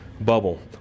bubble